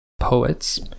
Poets